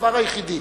הדבר היחידי